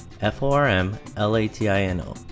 f-o-r-m-l-a-t-i-n-o